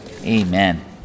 Amen